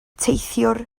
teithiwr